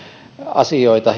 asioita